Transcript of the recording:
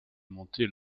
monter